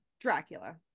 Dracula